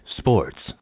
sports